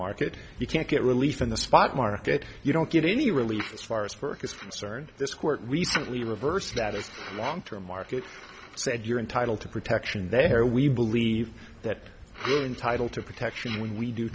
market you can't get relief on the spot market you don't get any relief as far as work is concerned this court recently reversed that is long term market said you're entitled to protection there we believe that entitled to protection w